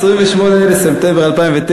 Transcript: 28 בספטמבר 2009,